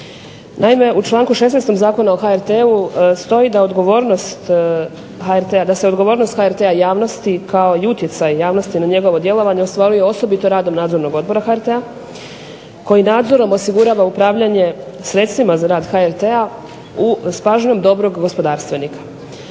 Naime, u članku 16. Zakona o HRT-u stoji da se odgovornost HRT-a javnosti kao i utjecaj javnosti na njegovo djelovanje ostvaruje osobito radom nadzornog odbora HRT-a koji nadzorom osigurava upravljanje sredstvima za rad HRT-a s pažnjom dobrog gospodarstvenika.